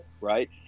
Right